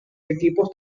equipos